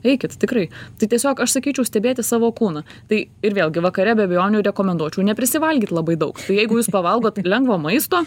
eikit tikrai tai tiesiog aš sakyčiau stebėti savo kūną tai ir vėlgi vakare be abejonių rekomenduočiau neprisivalgyt labai daug tai jeigu jūs pavalgot lengvo maisto